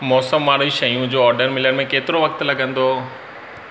मौसमुवारु शयूं जो ऑडर मिलण में केतिरो वक़्ति लॻंदो